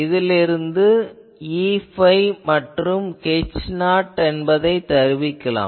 இதிலிருந்து Eϕ மற்றும் Hθ என்பதைத் தருவிக்கலாம்